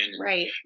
Right